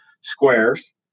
squares